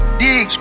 dig